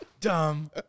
dumb